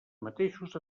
mateixos